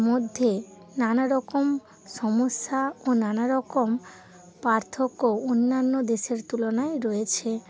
মধ্যে নানা রকম সমস্যা ও নানা রকম পার্থক্য অন্যান্য দেশের তুলনায় রয়েছে